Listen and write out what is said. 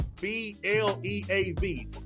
B-L-E-A-V